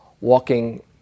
walking